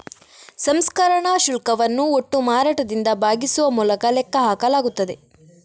ಸಂಸ್ಕರಣಾ ಶುಲ್ಕವನ್ನು ಒಟ್ಟು ಮಾರಾಟದಿಂದ ಭಾಗಿಸುವ ಮೂಲಕ ಲೆಕ್ಕ ಹಾಕಲಾಗುತ್ತದೆ